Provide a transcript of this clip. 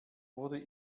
wurde